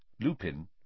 Lupin